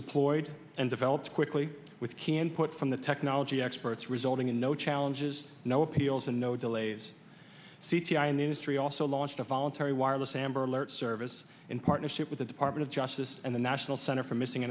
deployed and developed quickly which can put from the technology experts resulting in no challenges no appeals and no delays c c i in the industry also launched a voluntary wireless amber alert service in partnership with the department of justice and the national center for missing